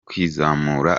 kwizamura